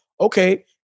Okay